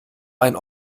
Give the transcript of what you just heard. ein